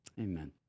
Amen